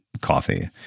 coffee